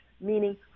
meaning